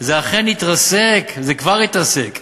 זה אכן יתרסק, זה כבר התרסק.